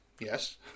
Yes